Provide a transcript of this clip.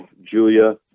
Julia